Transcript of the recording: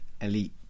elite